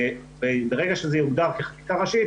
ברגע שזה יוגדר כחקיקה ראשית,